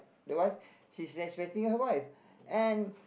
the wife he's expecting her wife and